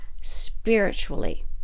spiritually